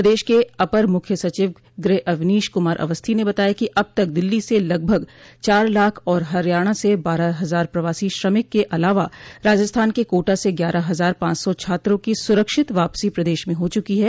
प्रदेश के अपर मुख्य सचिव गृह अवनीश कुमार अवस्थी ने बताया कि अब तक दिल्लो से लगभग चार लाख और हरियाणा से से बारह हजार प्रवासी श्रमिक के अलावा राजस्थान के कोटा से ग्यारह हजार पांच सौ छात्रों की सुरक्षित वापसी प्रदेश में हो चुकी है